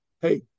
Hey